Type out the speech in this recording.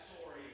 story